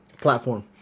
platform